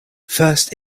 first